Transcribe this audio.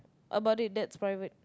about it that's private